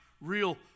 real